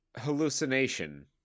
hallucination